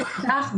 לפיכך,